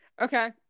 Okay